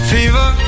Fever